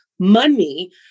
money